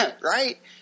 Right